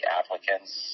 applicants